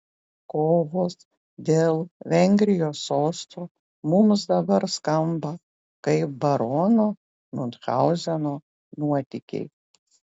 kovos dėl vengrijos sosto mums dabar skamba kaip barono miunchauzeno nuotykiai